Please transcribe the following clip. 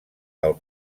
del